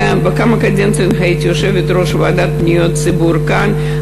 בכמה קדנציות הייתי יושבת-ראש הוועדה לפניות הציבור כאן,